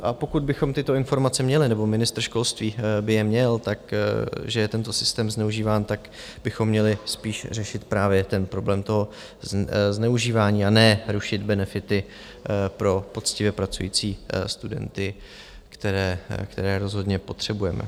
A pokud bychom tyto informace měli nebo ministr školství by je měl, že je tento systém zneužíván, tak bychom měli spíš řešit právě ten problém toho zneužívání a ne rušit benefity pro poctivě pracující studenty, které rozhodně potřebujeme.